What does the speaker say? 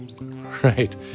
Right